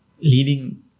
leading